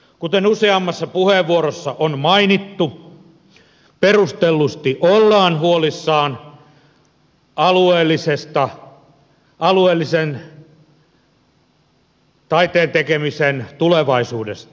kuten useammassa puheenvuorossa on mainittu perustellusti ollaan huolissaan alueellisen taiteen tekemisen tulevaisuudesta